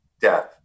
death